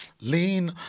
Lean